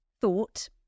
thought